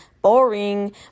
boring